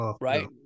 right